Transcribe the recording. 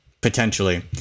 potentially